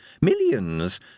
millions